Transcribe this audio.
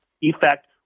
effect